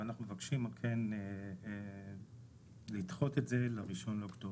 ואנחנו מבקשים לדחות את זה ל-1 לאוקטובר.